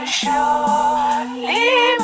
surely